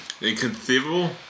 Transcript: Inconceivable